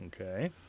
Okay